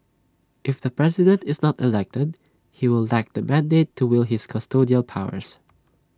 if the president is not elected he will lack the mandate to wield his custodial powers